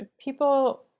people